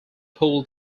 pool